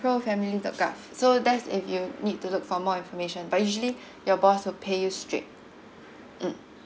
pro family lookup so that's if you need to look for more information but usually your boss will pay you straight mm